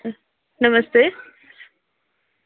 नमस्ते